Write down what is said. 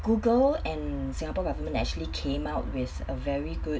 google and singapore government actually came out with a very good